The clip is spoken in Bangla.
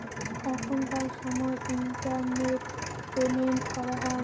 এখনকার সময় ইন্টারনেট পেমেন্ট করা হয়